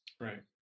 Right